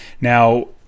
Now